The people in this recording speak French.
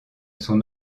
son